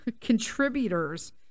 contributors